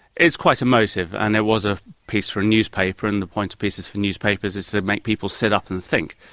it's quite emotive, and it was a piece for a newspaper and the point of pieces for newspapers is to make people sit up and think.